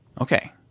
Okay